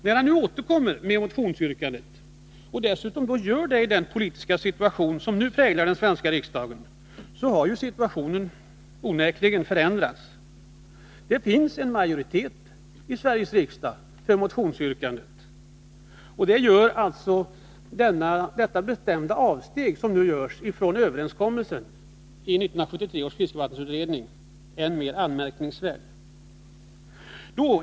När han nu återkommer med motionsyrkandet — och i den politiska situation som nu präglar Sveriges riksdag — är läget onekligen förändrat. Det finns en majoritet i riksdagen för motionsyrkandet. Det gör detta bestämda avsteg från överenskommelsen i 1973 års fiskevattensutredning än mer anmärkningsvärt!